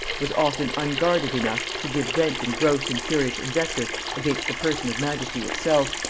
was often unguarded enough to give vent in gross and furious invective against the person of majesty itself,